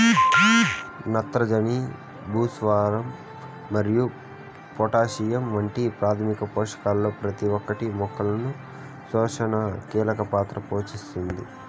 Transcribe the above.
నత్రజని, భాస్వరం మరియు పొటాషియం వంటి ప్రాథమిక పోషకాలలో ప్రతి ఒక్కటి మొక్కల పోషణలో కీలక పాత్ర పోషిస్తుంది